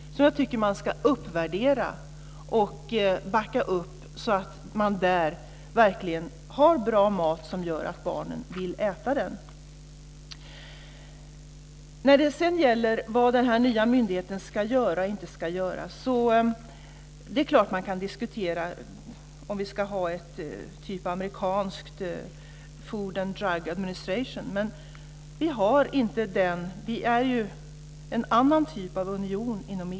Jag tycker att man ska uppvärdera den och backa upp den så att man där verkligen har bra mat så att barnen vill äta den. Sedan gäller det vad den nya myndigheten ska göra och inte göra. Det är klart att man kan diskutera om vi ska ha en myndighet av samma typ som den amerikanska Food and Drug Administration. EU är en annan typ av union.